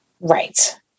Right